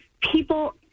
people